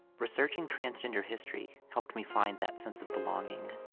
researching transgender history helped me find that sense of belonging.